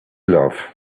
love